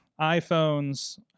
iPhones